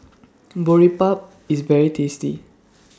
Boribap IS very tasty